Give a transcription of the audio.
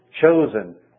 chosen